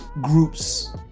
groups